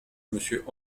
monsieur